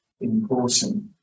important